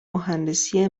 مهندسی